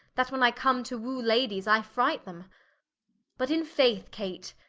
that when i come to wooe ladyes, i fright them but in faith kate,